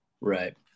Right